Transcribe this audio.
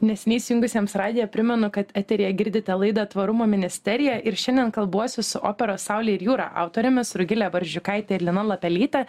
neseniai įsijungusiems radiją primenu kad eteryje girdite laidą tvarumo ministerija ir šiandien kalbuosi su operos saulė ir jūra autorėmis rugile barzdžiukaite lina lapelyte